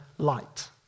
light